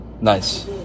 Nice